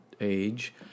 age